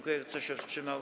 Kto się wstrzymał?